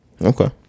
Okay